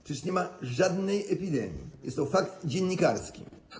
Przecież nie ma żadnej epidemii, jest to fakt dziennikarski.